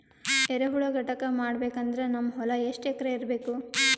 ಎರೆಹುಳ ಘಟಕ ಮಾಡಬೇಕಂದ್ರೆ ನಮ್ಮ ಹೊಲ ಎಷ್ಟು ಎಕರ್ ಇರಬೇಕು?